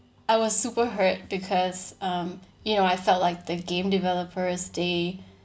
I was super hurt because um you know I felt like the game developers they